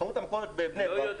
חנות המכולת בבני ברק,